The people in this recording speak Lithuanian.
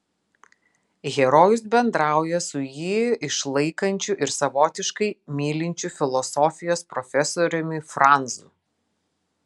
herojus bendrauja su jį išlaikančiu ir savotiškai mylinčiu filosofijos profesoriumi franzu